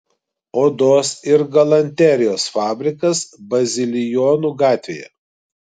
odos ir galanterijos fabrikas bazilijonų gatvėje